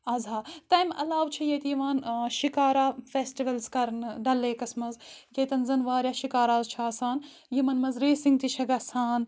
اَضحیٰ تمہِ عَلاو چھُ ییٚتہِ یِوان شِکارا فؠسٹِوَلٕز کَرنہٕ ڈل لیکس منز ییٚتؠن زَن واریاہ شِکاراز چھِ آسان یِمَن منز ریسِنگ تہِ چھےٚ گَسان